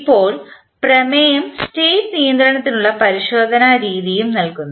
ഇപ്പോൾ പ്രമേയം സ്റ്റേറ്റ് നിയന്ത്രണത്തിനുള്ള പരിശോധന രീതിയും നൽകുന്നു